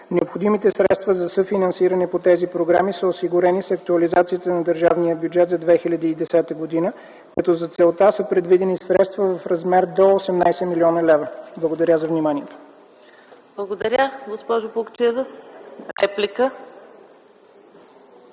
необходимите средства за съфинансиране по тези програми са осигурени с актуализацията на държавния бюджет за 2010 г., като за целта са предвидени средства в размер до 18 млн. лв. Благодаря за вниманието. ПРЕДСЕДАТЕЛ ЕКАТЕРИНА